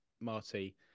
Marty